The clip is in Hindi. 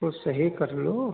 कुछ सही कर लो